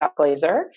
Glazer